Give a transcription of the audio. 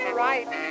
right